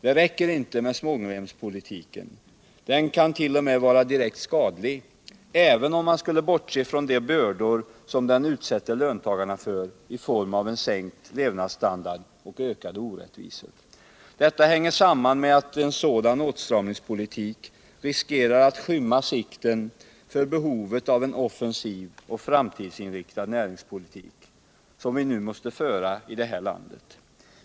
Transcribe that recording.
Det räcker inte med svångremspolitiken, Den kan t.o.m. vara direkt skadlig — även om man skulle bortse från de bördor som den utsätter löntagarna för i form av sänkt levnadsstandard och ökade orättvisor. Detta hänger samman med att en sådan åtstramningspolitik riskerar att skymma sikten för behovet av en offensiv och framstegsinriktad näringspolitik, som vi nu måste föra i det här landet.